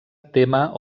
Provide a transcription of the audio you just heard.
tema